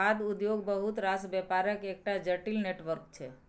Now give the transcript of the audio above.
खाद्य उद्योग बहुत रास बेपारक एकटा जटिल नेटवर्क छै